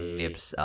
nips